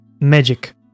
magic